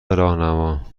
راهنما